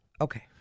Okay